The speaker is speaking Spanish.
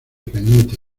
cañete